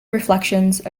reflections